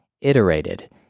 iterated